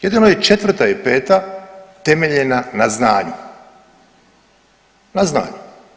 Jedino je četvrta i peta temeljena na znanju, na znanju.